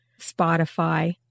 Spotify